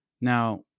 Now